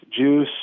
Juice